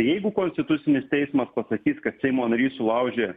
jeigu konstitucinis teismas pasakys kad seimo narys sulaužė